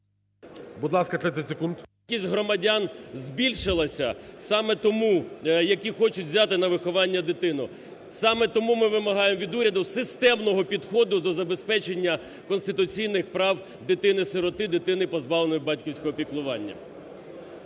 Будь ласка, 30 секунд.